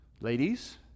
Ladies